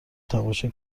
تماشا